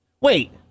Wait